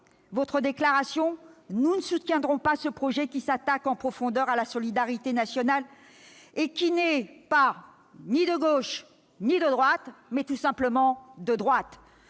politique générale, nous ne soutiendrons pas ce projet qui s'attaque en profondeur à la solidarité nationale et qui n'est pas « ni de gauche ni de droite », mais tout simplement de droite.